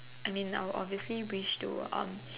I mean I would obviously wish to um